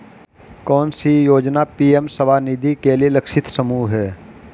कौन सी योजना पी.एम स्वानिधि के लिए लक्षित समूह है?